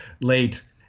late